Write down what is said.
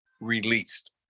released